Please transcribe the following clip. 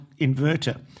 inverter